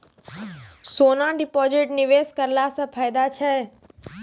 सोना deposit निवेश करला से फैदा छै?